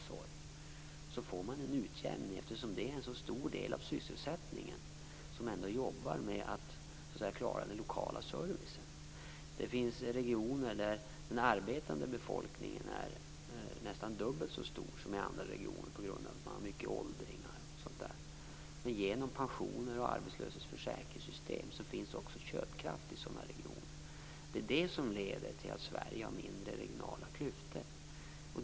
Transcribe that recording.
Därigenom får vi till stånd en utjämning, eftersom en så stor del av sysselsättningen är inriktad på att klara den lokala servicen. Det finns regioner där den arbetande befolkningen är nästan dubbelt så stor som i andra regioner, på grund av att man har stor andel åldringar osv., men genom pensions och arbetslöshetsförsäkringssystem finns det köpkraft också i sådana regioner. Detta leder till att Sverige har mindre regionala klyftor.